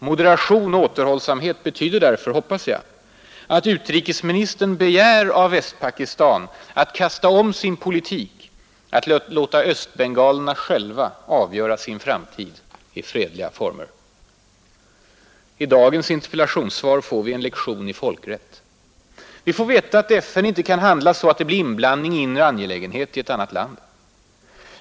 ”Moderation och återhållsamhet” betyder därför, hoppas jag, att utrikesministern begär av Västpakistan att kasta om sin politik, att låta östbengalerna själva avgöra sin framtid i fredliga former. I dagens interpellationssvar får vi en lektion i folkrätt. Vi får veta att FN inte kan handla så att det blir ”inblandning i en inre angelägenhet” i ett annat land.